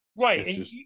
Right